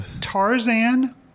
Tarzan